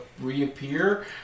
reappear